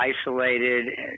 isolated